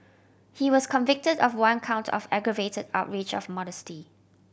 he was convicted of one count of aggravated outrage of modesty